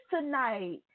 tonight